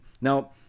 Now